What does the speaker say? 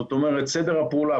זאת אומרת סדר הפעולה,